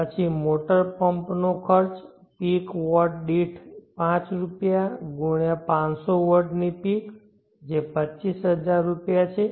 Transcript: પછી મોટર પમ્પનો ખર્ચ પીક વોટ દીઠ 5 રૂપિયા × 500 વોટની પીક જે 25000 રૂપિયા છે